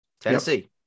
Tennessee